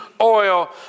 oil